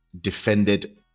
defended